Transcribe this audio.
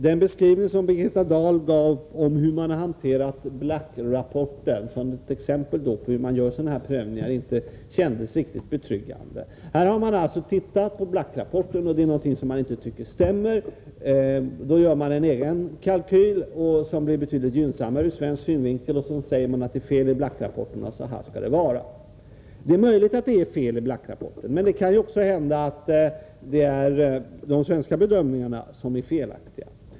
Den beskrivning som Birgitta Dahl gav av hur man har hanterat Black-rapporten — som ett exempel på hur sådana här prövningar görs — kändes inte riktigt betryggande. Man har alltså tittat på Black-rapporten och funnit att det är någonting som inte stämmer. Därför har man gjort en egen kalkyl, som är betydligt mera gynnsam ur svensk synvinkel, och man säger att det finns fel i Black-rapporten och talar om hur det skall vara. Det är möjligt att det finns fel i Black-rapporten, men det kan också hända att de svenska bedömningarna är felaktiga.